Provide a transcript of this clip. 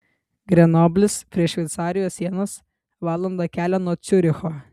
grenoblis prie šveicarijos sienos valanda kelio nuo ciuricho